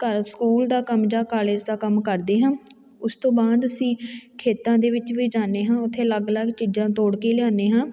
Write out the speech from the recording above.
ਘਰ ਸਕੂਲ ਦਾ ਕੰਮ ਜਾਂ ਕਾਲਜ ਦਾ ਕੰਮ ਕਰਦੇ ਹਾਂ ਉਸ ਤੋਂ ਬਾਅਦ ਅਸੀਂ ਖੇਤਾਂ ਦੇ ਵਿੱਚ ਵੀ ਜਾਂਦੇ ਹਾਂ ਉਥੇ ਅਲੱਗ ਅਲੱਗ ਚੀਜ਼ਾਂ ਤੋੜ ਕੇ ਲਿਆਉਂਦੇ ਹਾਂ